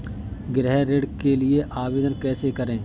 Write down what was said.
गृह ऋण के लिए आवेदन कैसे करें?